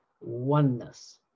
Oneness